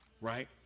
right